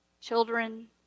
Children